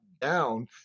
down